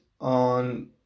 on